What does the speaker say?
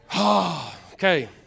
Okay